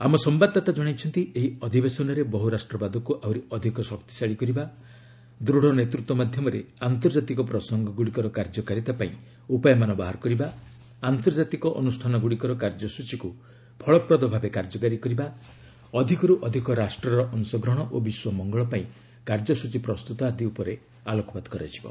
ଆମ ସମ୍ଭାଦଦାତା ଜଣାଇଛନ୍ତି ଏହି ଅଧିବେଶନରେ ବହୁରାଷ୍ଟ୍ରବାଦକୁ ଆହୁରି ଅଧିକ ଶକ୍ତିଶାଳୀ କରିବା ଦୂଢ଼ ନେତୃତ୍ୱ ମାଧ୍ୟମରେ ଆନ୍ତର୍ଜାତିକ ପ୍ରସଙ୍ଗଗୁଡ଼ିକର କାର୍ଯ୍ୟକାରିତା ପାଇଁ ଉପାୟମାନ ବାହାର କରିବା ଆନ୍ତର୍ଜାତିକ ଅନୁଷ୍ଠାନଗୁଡ଼ିକର କାର୍ଯ୍ୟସୂଚୀକୁ ଫଳପ୍ରଦ ଭାବେ କାର୍ଯ୍ୟକାରୀ କରିବା ଅଧିକରୁ ଅଧିକ ରାଷ୍ଟ୍ରର ଅଂଶଗ୍ରହଣ ଓ ବିଶ୍ୱ ମଙ୍ଗଳ ପାଇଁ କାର୍ଯ୍ୟସୂଚୀ ପ୍ରସ୍ତୁତ ଆଦି ଉପରେ ଆଲୋକପାତ କରାଯିବ